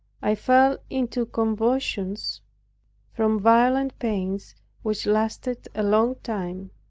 i fell into convulsions from violent pains which lasted a long time